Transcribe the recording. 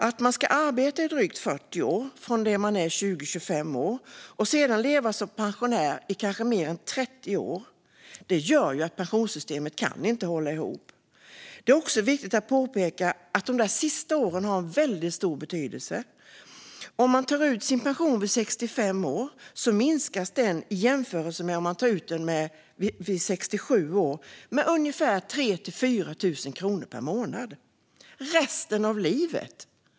Om man ska arbeta i drygt 40 år från det att man är 20-25 år och sedan leva som pensionär i kanske 30 år kan pensionssystemet inte hålla ihop. Det är också viktigt att påpeka att de sista åren har väldigt stor betydelse. Om man tar ut sin pension vid 65 år minskas den med 3 000-4 000 kronor per månad i jämförelse med om man tar ut den vid 67 års ålder, för resten av livet.